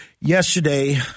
yesterday